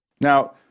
Now